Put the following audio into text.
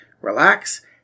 relax